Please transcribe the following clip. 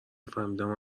فهمیدم